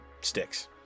sticks